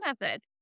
Method